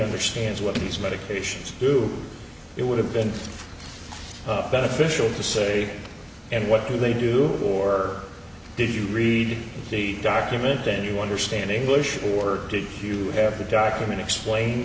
understands what these medications do it would have been beneficial to say and what do they do or did you read the document that you understand english or did you have the document explain